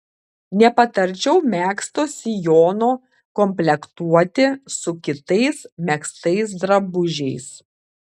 nepatarčiau megzto sijono komplektuoti su kitais megztais drabužiais